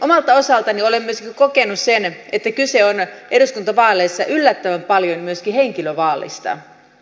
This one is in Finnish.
omalta osaltani olen myöskin kokenut sen että kyse on eduskuntavaaleissa yllättävän paljon myöskin henkilövaalista